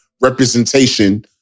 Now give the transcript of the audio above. representation